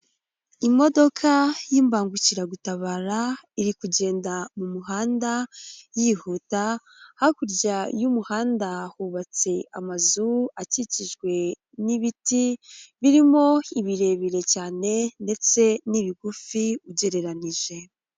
Imodoka y'imbangukiragutabara iri kugenda mu muhanda yihuta, hakurya y'umuhanda hubatse amazu akikijwe n'ibiti birimo ibirebire cyane, ndetse n'ibigufi ugereranije.